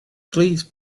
please